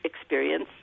experience